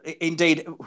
indeed